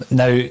now